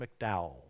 McDowell